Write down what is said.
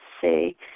see